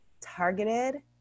targeted